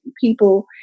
people